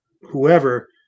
whoever